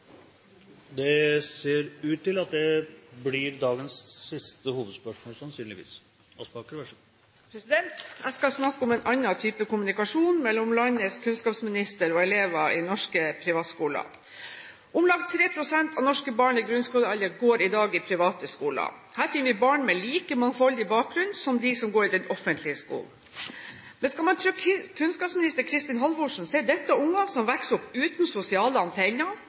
Jeg skal snakke om en annen type kommunikasjon, mellom landets kunnskapsminister og elever i norske privatskoler. Om lag 3 pst. av norske barn i grunnskolealder går i dag i private skoler. Her finner vi barn med like mangfoldig bakgrunn som dem som går i den offentlige skolen. Men skal man tro kunnskapsminister Kristin Halvorsen, er dette unger som vokser opp uten sosiale antenner,